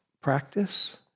practice